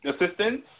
assistance